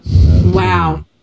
Wow